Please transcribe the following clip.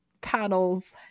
paddles